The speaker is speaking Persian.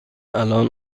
الان